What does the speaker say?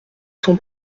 son